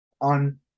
on